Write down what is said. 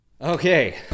Okay